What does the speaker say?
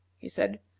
he said,